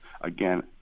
Again